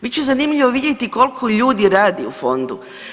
Bit će zanimljivo vidjeti koliko ljudi radi u fondu.